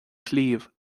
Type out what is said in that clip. sliabh